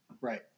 Right